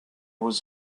was